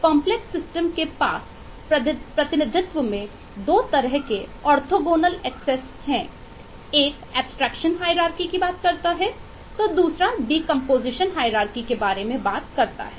complex system के बारे में बात करता है